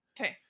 Okay